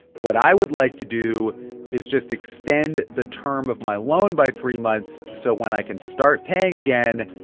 what i would like to do is just extend the term of my loan by three months so when i can start paying again,